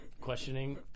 questioning